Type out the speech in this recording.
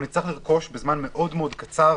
נצטרך לרכוש בזמן מאוד מאוד קצר